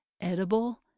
edible